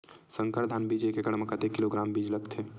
संकर धान बीज एक एकड़ म कतेक किलोग्राम बीज लगथे?